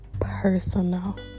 personal